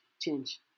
change